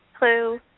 Hello